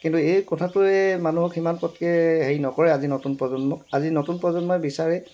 কিন্তু এই কথাটোৱে মানুহক সিমান পটককৈ হেৰি নকৰে আজি নতুন প্ৰজন্মক আজি নতুন প্ৰজন্মই বিচাৰে